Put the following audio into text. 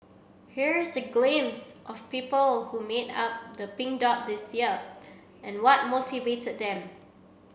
here is a glimpse of people who made up the Pink Dot this year and what motivated them